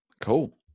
Cool